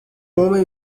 homem